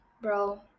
bro